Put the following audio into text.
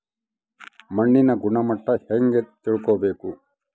ಮಣ್ಣಿನ ಗುಣಮಟ್ಟ ಹೆಂಗೆ ತಿಳ್ಕೊಬೇಕು?